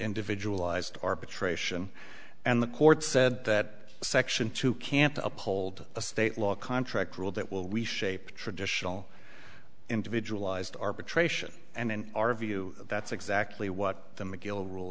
individualized arbitration and the court said that section two can't uphold a state law a contract rule that will reshape traditional individualized arbitration and in our view that's exactly what the mcgill rule